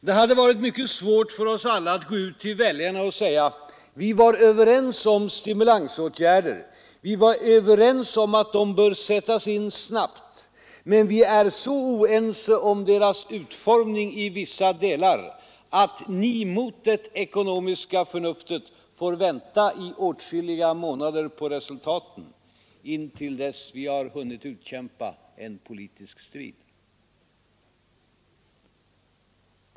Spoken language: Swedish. Det hade varit mycket svårt för oss alla att gå ut till väljarna och säga: Vi är överens om stimulansåtgärder. Vi är överens om att de bör sättas in snabbt, Men vi är så oense om deras utformning i vissa delar att ni mot det ekonomiska förnuftet får vänta i åtskilliga månader på resultaten, intill dess vi har kunnat utkämpa en politisk strid.